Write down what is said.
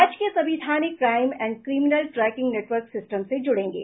राज्य के सभी थाने crime and criminal tracking network system से जुड़ेगे